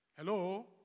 hello